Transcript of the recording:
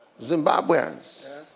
Zimbabweans